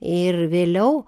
ir vėliau